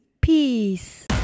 Peace